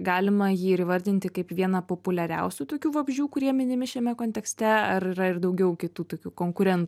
galima jį ir įvardinti kaip vieną populiariausių tokių vabzdžių kurie minimi šiame kontekste ar yra ir daugiau kitų tokių konkurentų